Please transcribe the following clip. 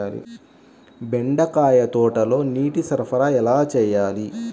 బెండకాయ తోటలో నీటి సరఫరా ఎలా చేయాలి?